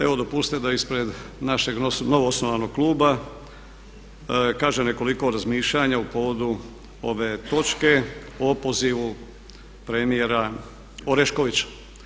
Evo dopustite da ispred našeg novoosnovanog kluba kažem nekoliko razmišljanja u povodu ove točke o opozivu premijera Oreškovića.